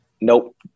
Nope